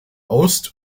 ost